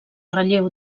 relleu